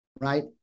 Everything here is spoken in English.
right